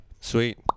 Sweet